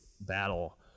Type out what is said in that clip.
battle